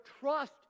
trust